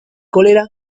cólera